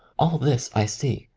all this i see,